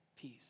peace